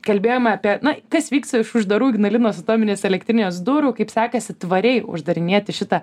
kalbėjom apie na kas vyksta iš uždarų ignalinos atominės elektrinės durų kaip sekasi tvariai uždarinėti šitą